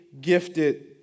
gifted